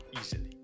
easily